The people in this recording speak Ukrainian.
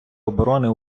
оборони